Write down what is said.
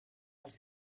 els